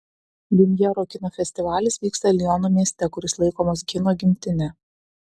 liumjero kino festivalis vyksta liono mieste kuris laikomas kino gimtine